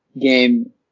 game